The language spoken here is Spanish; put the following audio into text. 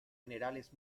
generales